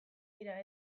dira